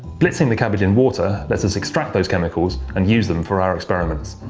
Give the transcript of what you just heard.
blitzing the cabbage in water lets us extract those chemicals and use them for our experiments.